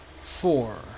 four